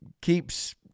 keeps